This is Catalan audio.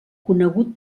conegut